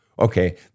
Okay